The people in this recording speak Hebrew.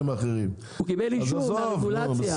האחרים --- הוא קיבל אישור מהרגולציה.